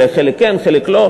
אולי חלק כן וחלק לא,